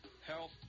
health